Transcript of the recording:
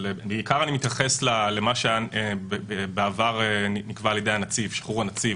בעיקר אני מתייחס למה שנקבע בעבר על-ידי הנציב,